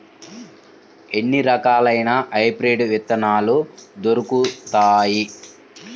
ఎన్ని రకాలయిన హైబ్రిడ్ విత్తనాలు దొరుకుతాయి?